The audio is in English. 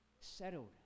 settled